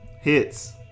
hits